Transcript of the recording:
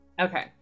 Okay